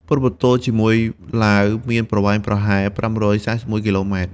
ព្រំប្រទល់ជាមួយឡាវមានប្រវែងប្រហែល ៥៤១ គីឡូម៉ែត្រ។